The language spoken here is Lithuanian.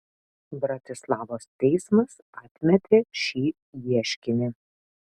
bratislavos teismas atmetė šį ieškinį